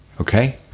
okay